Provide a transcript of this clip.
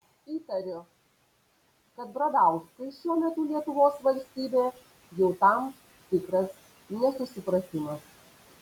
įtariu kad bradauskui šiuo metu lietuvos valstybė jau tam tikras nesusipratimas